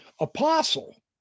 apostle